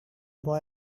boy